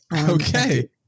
Okay